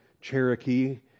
Cherokee